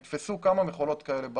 ב-10 השנים האחרונות נתפסו כמה מכולות כאלה.